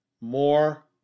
more